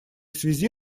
связи